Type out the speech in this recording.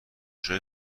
شده